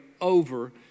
over